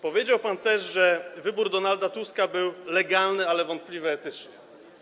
Powiedział pan też, że wybór Donalda Tuska był legalny, ale wątpliwy etycznie.